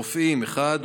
רופא אחד,